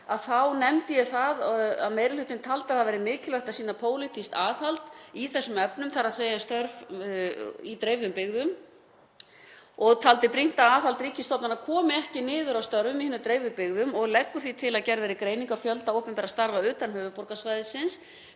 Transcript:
þá nefndi ég það að meiri hlutinn taldi að það væri mikilvægt að sýna pólitískt aðhald í þessum efnum er varða störf í dreifðum byggðum og taldi brýnt að aðhald ríkisstofnana kæmi ekki niður á störfum í hinum dreifðu byggðum. Hann leggur því til að gerð verði greining á fjölda opinberra starfa utan höfuðborgarsvæðisins